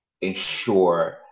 ensure